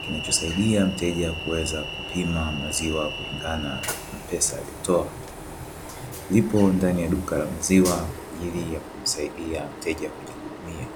kinachosaidia mteja kuweza kupima maziwa kulingana na pesa aliyotoa. Lipo ndani ya duka la maziwa kwa ajili ya kumsaidia mteja kujihudumia.